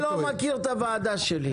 -- אתה כנראה לא מכיר את הוועדה שלי.